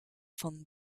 von